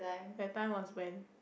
that time was when